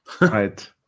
Right